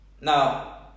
Now